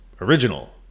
original